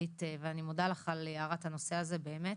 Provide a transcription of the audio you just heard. ואני מודה לך על הארת הנושא הזה באמת,